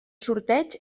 sorteig